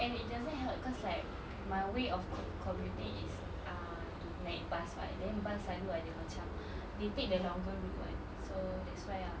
and it doesn't help cause like my way of co~ commuting is uh to naik bus what then bus selalu ada macam they take the longer route [what] so that's why ah